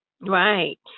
Right